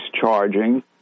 charging